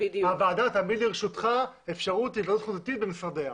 הוועדה תעמיד לרשותך אפשרות להיוועדות חזותית במשרדיה.